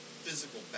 physical